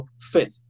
fit